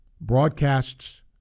broadcasts